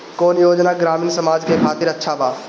कौन योजना ग्रामीण समाज के खातिर अच्छा बा?